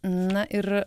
na ir